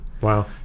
Wow